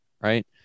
Right